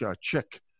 check